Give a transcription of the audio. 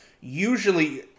Usually